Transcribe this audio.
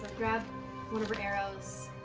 grab one of her arrows